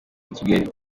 kigali